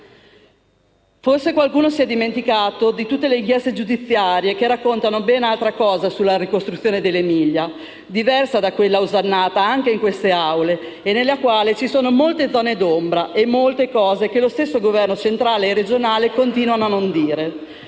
Forse qualcuno si è dimenticato di tutto le inchieste giudiziarie che raccontano ben altra cosa sulla ricostruzione dell'Emilia, diversa da quella osannata, anche in queste Aule, e nella quale ci sono molte zone d'ombra e molte cose che lo stesso Governo centrale e quello regionale continuano a non dire,